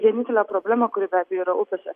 vienintelė problema kuri be abejo yra upėse